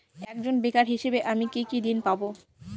একজন বেকার হিসেবে আমি কি কি ঋণ পাব?